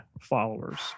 followers